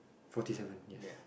fourty seven yes